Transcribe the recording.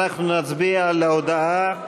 אנחנו נצביע על ההודעה,